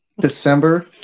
December